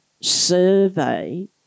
survey